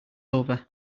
over